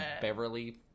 Beverly